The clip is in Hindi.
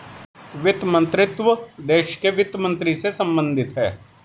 वित्त मंत्रीत्व देश के वित्त मंत्री से संबंधित है